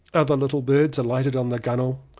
other little birds alighted on the gunwhale,